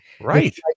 Right